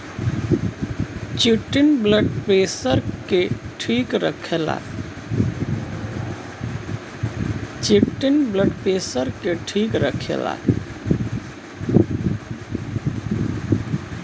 chitin blood pressure के ठीक रखला